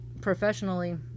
professionally